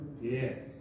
Yes